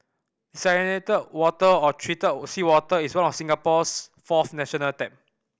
desalinated water or treated seawater is one of Singapore's fourth national tap